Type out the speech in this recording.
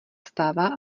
stává